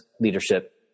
leadership